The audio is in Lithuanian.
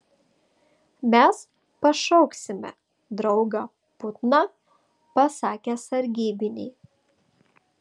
mes pašauksime draugą putną pasakė sargybiniai